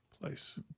place